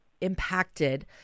impacted